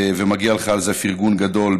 ומגיע לך על זה פרגון גדול,